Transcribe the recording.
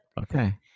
Okay